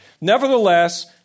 Nevertheless